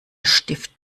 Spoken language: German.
stift